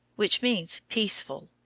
which means peaceful,